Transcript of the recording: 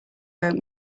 wrote